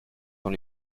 dans